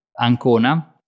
Ancona